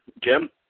Jim